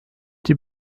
die